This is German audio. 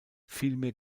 vielmehr